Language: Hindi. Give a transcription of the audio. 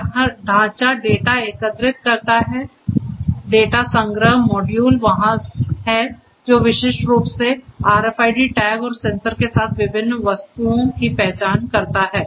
यह ढांचा डेटा एकत्र करता है डेटा संग्रह मॉड्यूल वहाँ है जो विशिष्ट रूप से आरएफआईडी टैग और सेंसर के साथ विभिन्न वस्तुओं की पहचान करता है